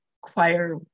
choir